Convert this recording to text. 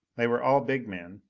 they were all big men,